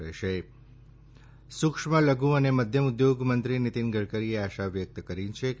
રહેશે સૂક્ષ્મ લઘુ અને મધ્યમ ઉદ્યોગ મંત્રી નિતિન ગડકરીએ આશા વ્યક્ત કરી છે કે